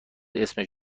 اسمش